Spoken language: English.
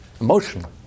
emotionally